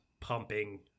pumping